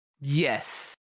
Yes